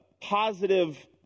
positive